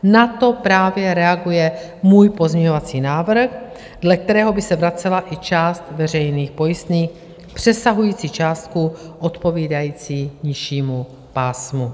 Na to právě reaguje můj pozměňovací návrh, dle kterého by se vracela i část veřejných pojistných přesahující částku odpovídající nižšímu pásmu.